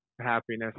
happiness